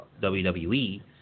WWE